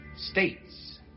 States